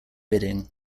bidding